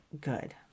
good